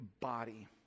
body